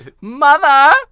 Mother